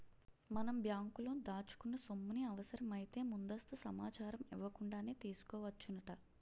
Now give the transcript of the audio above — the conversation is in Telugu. మనం బ్యాంకులో దాచుకున్న సొమ్ముని అవసరమైతే ముందస్తు సమాచారం ఇవ్వకుండానే తీసుకోవచ్చునట